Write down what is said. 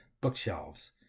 bookshelves